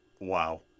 wow